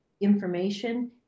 information